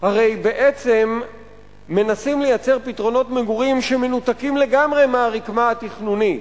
הרי בעצם מנסים לייצר פתרונות מגורים שמנותקים לגמרי מהרקמה התכנונית,